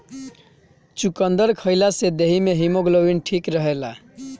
चुकंदर खइला से देहि में हिमोग्लोबिन ठीक रहेला